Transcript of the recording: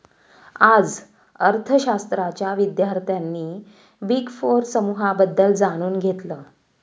आज अर्थशास्त्राच्या विद्यार्थ्यांनी बिग फोर समूहाबद्दल जाणून घेतलं